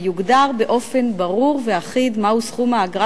ויוגדר באופן ברור ואחיד מהו סכום האגרה